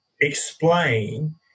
explain